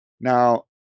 Now